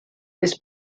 this